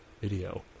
video